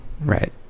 Right